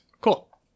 Cool